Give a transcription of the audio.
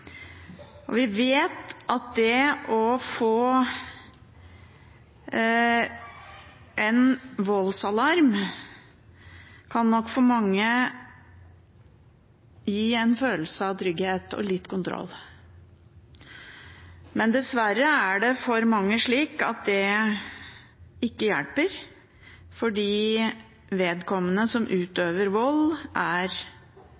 ganger. Vi vet at det å få en voldsalarm nok for mange kan gi en følelse av trygghet og litt kontroll, men dessverre er det for mange slik at det ikke hjelper, fordi vedkommende som